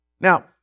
Now